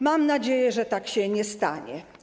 Mam nadzieję, że tak się nie stanie.